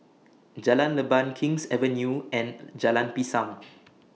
Jalan Leban King's Avenue and Jalan Pisang